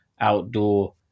outdoor